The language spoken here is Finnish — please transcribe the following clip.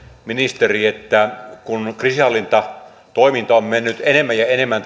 ministeri kun kriisinhallintatoiminta on mennyt enemmän ja enemmän